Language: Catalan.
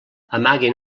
amaguen